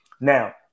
Now